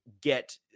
get